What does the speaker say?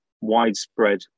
widespread